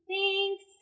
Thanks